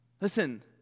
Listen